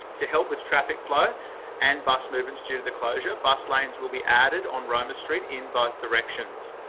to help with traffic flow and bus movements due to the closure, bus lanes will be added on roma street in both directions.